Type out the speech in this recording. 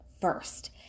first